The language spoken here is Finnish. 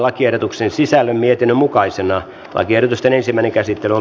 lakiehdotuksen ensimmäinen käsittely päättyi